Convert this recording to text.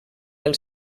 del